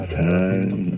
time